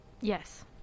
Yes